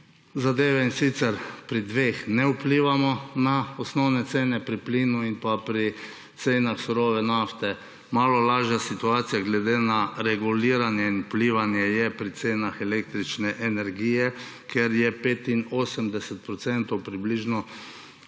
zadeve, in sicer pri dveh ne vplivamo na osnovne cene, pri plinu in pa pri cenah surove nafte. Malo lažja situacija glede reguliranja in vplivanja je pri cenah električne energije, kjer je 85 % približno,